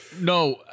No